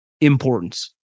importance